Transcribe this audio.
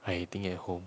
I eating at home